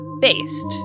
based